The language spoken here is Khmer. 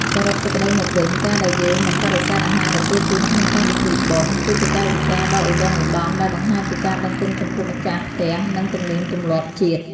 សរុបសេចក្តីមកវិញ ការដែលយើងមិនបដិសេធអាហារដែលគេជូនក្នុងកម្មវិធីបុណ្យ គឺជាកាយវិការដ៏ឧត្តុង្គឧត្តមដែលបង្ហាញពីការដឹងគុណចំពោះម្ចាស់ផ្ទះនិងទំនៀមទម្លាប់ជាតិ។